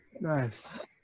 Nice